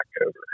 October